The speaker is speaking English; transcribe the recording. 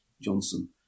Johnson